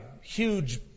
huge